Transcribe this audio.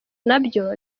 ntabyo